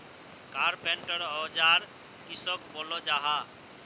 Carpenter औजार किसोक बोलो जाहा?